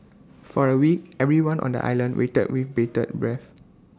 for A week everyone on the island waited with bated breath